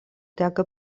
teka